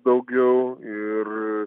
daugiau ir